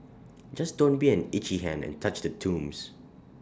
just don't be an itchy hand and touch the tombs